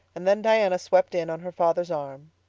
and then diana swept in on her father's arm.